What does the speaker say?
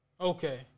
Okay